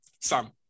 Sam